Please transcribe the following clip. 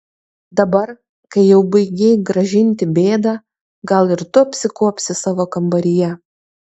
dabar kai jau baigei gražinti bėdą gal ir tu apsikuopsi savo kambaryje